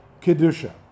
Kedusha